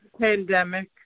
pandemic